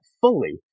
fully